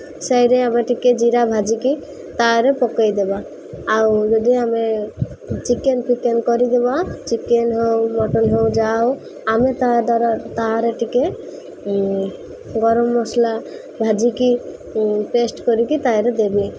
ସେଇରେ ଆମେ ଟିକିଏ ଜିରା ଭାଜିକି ତାରେ ପକାଇଦେବା ଆଉ ଯଦି ଆମେ ଚିକେନ୍ ଫିକେନ୍ କରିଦେବା ଚିକେନ୍ ହେଉ ମଟନ୍ ହେଉ ଯାହା ହେଉ ଆମେ ତାହା ଦ୍ଵାରା ତାରେ ଟିକିଏ ଗରମ ମସଲା ଭାଜିକି ପେଷ୍ଟ୍ କରିକି ତାରେ ଦେବେ